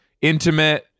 intimate